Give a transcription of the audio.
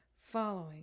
following